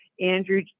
Andrew